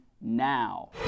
now